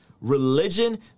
religion